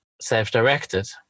self-directed